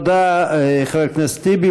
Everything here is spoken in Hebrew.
תודה, חבר הכנסת טיבי.